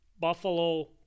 buffalo